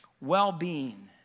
well-being